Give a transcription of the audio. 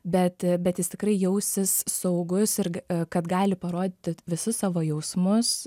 bet bet jis tikrai jausis saugus ir kad gali parodyti visus savo jausmus